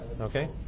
Okay